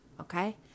okay